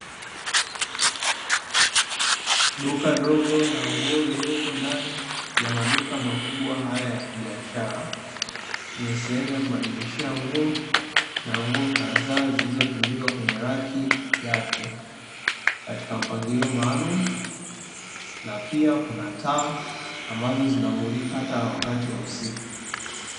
Duka dogo la nguo lililopo ndani ya maduka makubwa haya ya kibiashara, lenye sehemu ya kubadiliishia nguo, na nguo kadhaa zilizotundikwa kwenye raki yake, katika mpangilio maalumu, na pia kuna taa ambazo zinamulika hata wakati wa usiku.